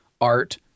art